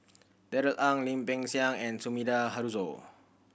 Darrell Ang Lim Peng Siang and Sumida Haruzo